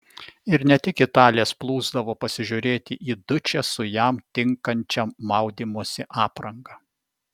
ir ne tik italės plūsdavo pasižiūrėti į dučę su jam tinkančia maudymosi apranga